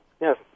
Yes